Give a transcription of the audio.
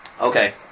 okay